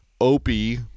Opie